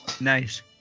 Nice